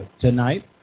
tonight